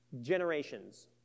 generations